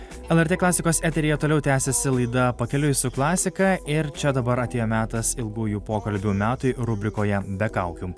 lrt klasikos eteryje toliau tęsiasi laida pakeliui su klasika ir čia dabar atėjo metas ilgųjų pokalbių metui rubrikoje be kaukių